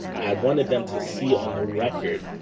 i wanted them to see on the record